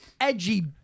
edgy